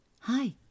Hi